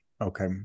okay